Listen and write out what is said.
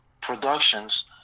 productions